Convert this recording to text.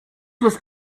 was